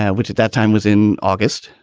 yeah which at that time was in august,